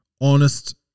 honest